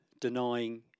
denying